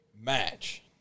match